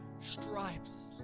stripes